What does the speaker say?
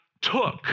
took